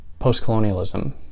postcolonialism